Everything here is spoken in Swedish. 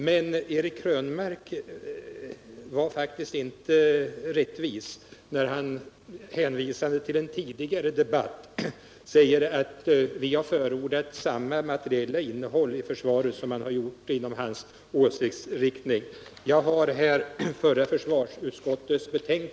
Men Eric Krönmark var faktiskt inte rättvis när han hänvisade till en tidigare debatt och sade att vi förordat samma materiella innehåll inom försvaret som det som förespråkades av dem som tillhör hans åsiktsinriktning. Jag har här betänkandet från den förra försvarsutredningen.